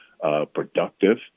productive